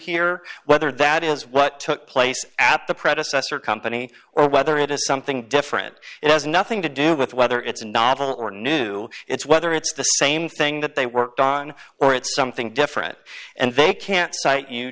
or whether that is what took place at the predecessor company or whether it is something different it has nothing to do with whether it's a novel or new it's whether it's the same thing that they worked on or it's something different and they can't cite you